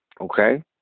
Okay